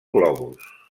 globus